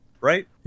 right